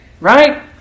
Right